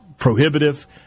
Prohibitive